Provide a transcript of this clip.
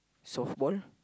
softball